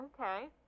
okay